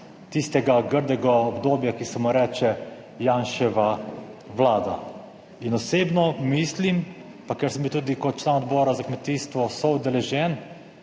tistega grdega obdobja, ki se mu reče Janševa vlada in osebno mislim pa, ker sem bil tudi kot član Odbora za kmetijstvo soudeležen,